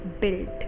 built